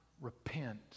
repent